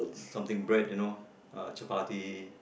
something break you know uh chapati